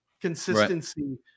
Consistency